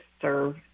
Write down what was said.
serve